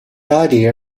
idea